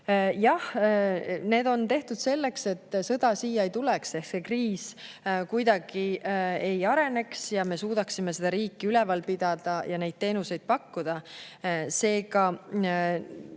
Jah, need on tehtud selleks, et sõda siia ei tuleks, et see kriis kuidagi ei areneks ja me suudaksime riiki ülal pidada ja teenuseid pakkuda. Seega